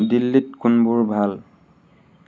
দিল্লীত কোনবোৰ ভাল